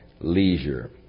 leisure